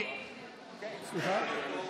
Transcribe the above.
אני ראיתי